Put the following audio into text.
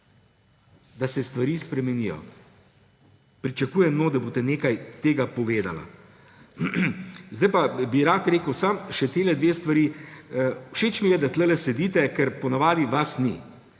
da se stvari spremenijo. Pričakujem, da boste nekaj tega povedali. Zdaj pa bi rad rekel samo še ti dve stvari. Všeč mi je, da tukaj sedite, ker ponavadi vas ni.